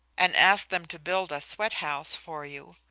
and ask them to build a sweat-house for you.